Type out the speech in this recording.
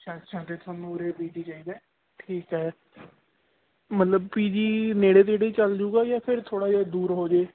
ਅੱਛਾ ਅੱਛਾ ਅਤੇ ਤੁਹਾਨੂੰ ਉਰੇ ਪੀ ਜੀ ਚਾਹੀਦੇ ਠੀਕ ਹੈ ਮਤਲਬ ਪੀ ਜੀ ਨੇੜੇ ਤੇੜੇ ਚੱਲ ਜੂਗਾ ਜਾਂ ਫਿਰ ਥੋੜ੍ਹਾ ਜਿਹਾ ਦੂਰ ਹੋ ਜਾਵੇ